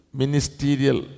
ministerial